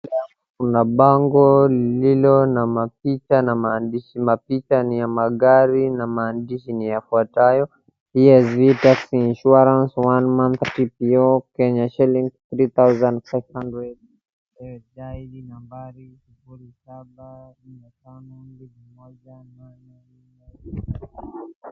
Mbele yangu kuna bango lililo na mapicha na maandishi, mapicha ni ya magari na maandishi ni yafuatayo Psv taxi insurance one month TPO Ksh 3500 dial nambari sufuri saba, nne tano, mbili moja nane, nne tano sita.